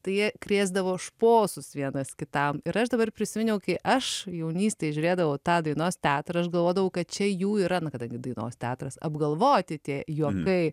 tai jie krėsdavo šposus vienas kitam ir aš dabar prisiminiau kai aš jaunystėje žiūrėdavau tą dainos teatrą aš galvodavau kad čia jų yra na kadangi dainos teatras apgalvoti tie juokai